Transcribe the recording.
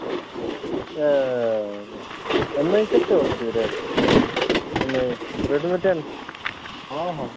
ଏ payment କେତେ ଅଛି rate ହେଲେ ରେଡ଼ମି ଟେନ୍ ହଁ ହଁ